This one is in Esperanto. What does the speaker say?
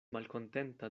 malkontenta